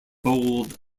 bowled